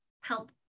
help